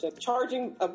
Charging